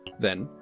then,